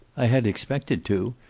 i had expected to.